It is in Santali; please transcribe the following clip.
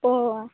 ᱚᱻ